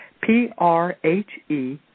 P-R-H-E